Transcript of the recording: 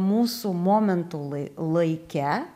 mūsų momentų lai laike